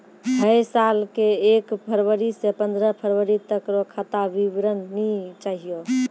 है साल के एक फरवरी से पंद्रह फरवरी तक रो खाता विवरणी चाहियो